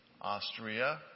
Austria